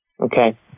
Okay